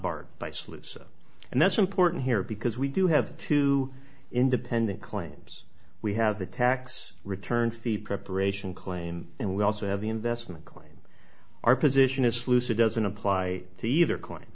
barred by slaves and that's important here because we do have two independent claims we have the tax returns the preparation claim and we also have the investment claim our position is looser doesn't apply to either coin